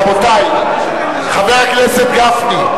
רבותי, חבר הכנסת גפני,